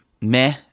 meh